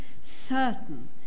certain